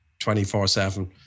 24-7